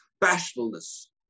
Bashfulness